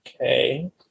okay